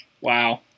Wow